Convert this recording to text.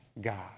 God